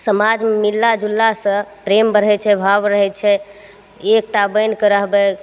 समाजमे मिलला जुललासे प्रेम बढ़ै छै भाव बढ़ै छै एकता बनिके रहबै